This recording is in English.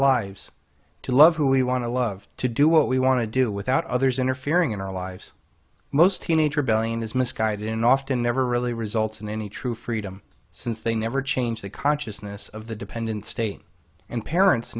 lives to love who we want to love to do what we want to do without others interfering in our lives most teenage rebellion is misguided in often never really results in any true freedom since they never change the consciousness of the dependent state and parents